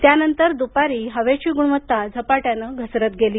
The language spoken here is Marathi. त्यानंतर दुपारी हवेची गुणवत्ता झपाट्यानं घसरत गेली